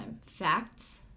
facts